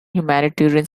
humanitarian